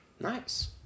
Nice